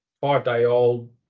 five-day-old